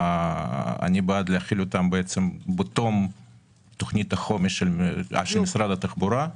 אני בעד להחיל אותם בתום תוכנית החומש של משרד התחבורה.